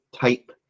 type